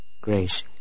Grace